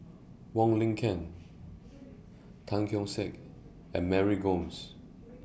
Wong Lin Ken Tan Keong Saik and Mary Gomes